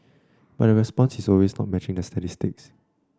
but the response is always not matching that statistic